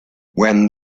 when